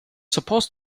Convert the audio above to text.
supposed